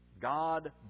God